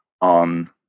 on